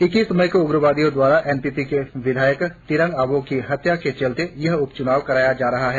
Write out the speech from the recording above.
इक्कीस मई को उग्रवादियों द्वारा एन पी पी के विधायक तिरांग आबोह की हत्या के चलते यह उप चुनाव कराया जा रहा है